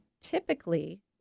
typically